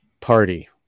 party